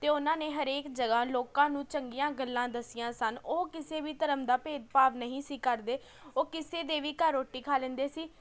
ਅਤੇ ਉਹਨਾਂ ਨੇ ਹਰੇਕ ਜਗ੍ਹਾ ਲੋਕਾਂ ਨੂੰ ਚੰਗੀਆਂ ਗੱਲਾਂ ਦੱਸੀਆਂ ਸਨ ਉਹ ਕਿਸੇ ਵੀ ਧਰਮ ਦਾ ਭੇਦਭਾਵ ਨਹੀਂ ਸੀ ਕਰਦੇ ਉਹ ਕਿਸੇ ਦੇ ਵੀ ਘਰ ਰੋਟੀ ਖਾ ਲੈੈਂਦੇ ਸੀ